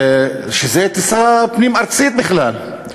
זאת טיסה פנים-ארצית בכלל.